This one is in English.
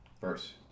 Verse